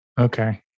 Okay